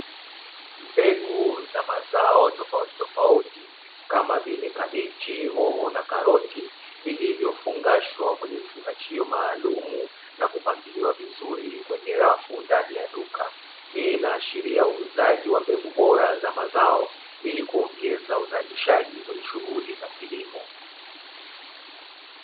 Mbegu za mazao tofautitofauti kama vile kabichi, hoho na karoti, zilizofungashwa kweye vifungashio maalumu, na kupangiliwa vizuri kwenye rafu ndani ya duka. Hii inaashiria uuzaji wa mbegu bora za mazao, ili kuongeza uzalishaji kwenye shughuli za kilimo.